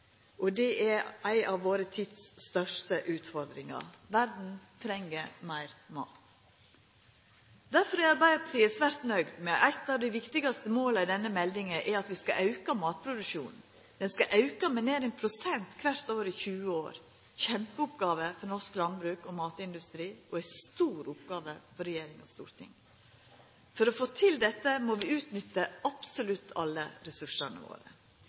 og det er ei av vår tids største utfordringar. Verda treng meir mat. Arbeidarpartiet er svært nøgd med at eit av dei viktigaste måla i denne meldinga er at vi skal auka matproduksjonen. Han skal auka med nær 1 pst. kvart år i 20 år – ei kjempeoppgåve for norsk landbruk og matindustri og ei stor oppgåve for regjering og storting. For å få til dette må vi utnytta absolutt alle ressursane våre.